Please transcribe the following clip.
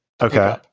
Okay